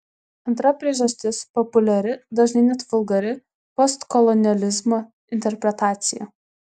antra priežastis populiari dažnai net vulgari postkolonializmo interpretacija